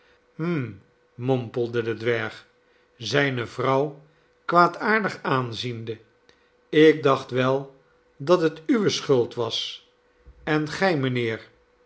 hm mompelde de dwerg zijne vrouw kwaadaardig aanziende ik dacht wel dat het uwe schuld was en gij mijnheer